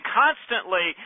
constantly